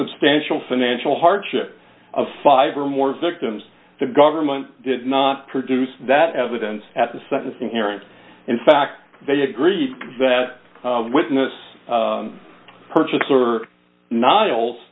substantial financial hardship of five or more victims the government did not produce that evidence at the sentencing hearing in fact they agreed that witness purchaser no